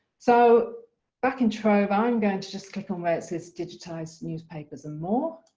so back in trove i'm going to just click on where it says digitized newspapers and more.